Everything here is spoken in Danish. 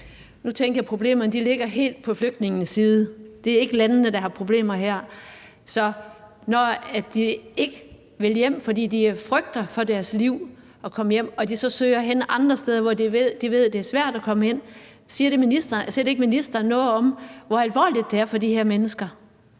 Nu tænker jeg, at problemerne ligger helt på flygtningenes side. Det er ikke landene, der har problemer her. Så når de ikke vil hjem, fordi de frygter for deres liv, og de så søger andre steder hen, hvor de ved det er svært at komme ind, siger det så ikke ministeren noget om, hvor alvorligt det er for de her mennesker?